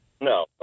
No